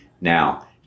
Now